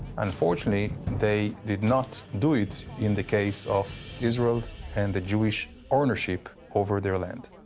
unfortunately they did not do it in the case of israel and the jewish ownership over their land.